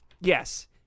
Yes